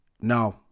Now